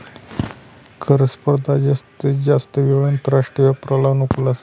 कर स्पर्धा जास्तीत जास्त वेळा आंतरराष्ट्रीय व्यापाराला अनुकूल असते